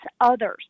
others